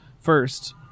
First